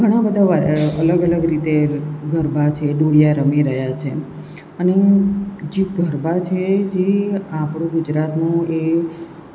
ઘણા બધા અલગ અલગ રીતે ગરબા છે દોઢિયા રમી રહ્યા છે અને હું જે ગરબા છે જે આપણું ગુજરાતનું એ